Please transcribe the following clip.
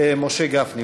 משה גפני.